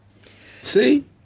See